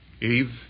Eve